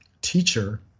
teacher